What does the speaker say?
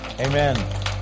Amen